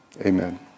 Amen